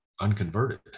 unconverted